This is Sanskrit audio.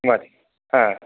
माधि